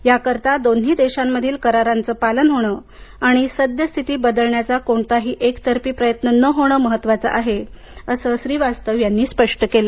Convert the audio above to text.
याकरता दोन्ही देशांमधील करारांचं पालन होणं आणि सद्यस्थिती बदलण्याचा कोणताही एकतर्फी प्रयत्न न होणं महत्त्वाचं आहे असं श्रीवास्तव यांनी स्पष्ट केलं